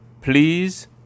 please